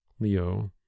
Leo